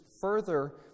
further